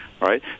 right